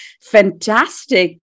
fantastic